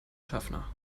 schaffner